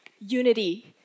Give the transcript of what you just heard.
unity